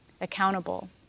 accountable